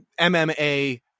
MMA